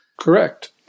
Correct